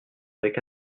avec